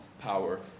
Power